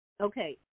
Okay